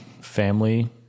family